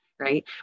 right